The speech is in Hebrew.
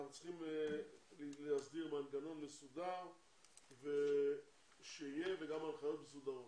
אנחנו צריכים להסדיר מנגנון מסודר שיהיה וגם הנחיות מסודרות.